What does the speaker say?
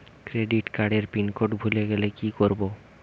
Credit কার্ডের PIN code ভুলে গেলে কি করব?